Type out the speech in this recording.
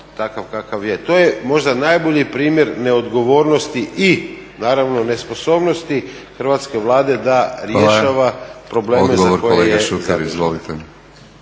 takav kakav je. To je možda najbolji primjer neodgovornosti i naravno nesposobnosti Hrvatske vlade da rješava probleme za koje je